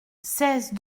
seize